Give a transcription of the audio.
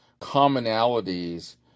commonalities